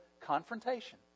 confrontation